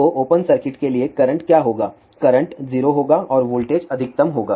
तो open circuit के लिए करंट क्या होगा करंट 0 होगा वोल्टेज अधिकतम होगा